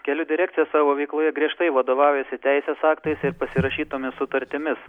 kelių direkcija savo veikloje griežtai vadovaujasi teisės aktais ir pasirašytomis sutartimis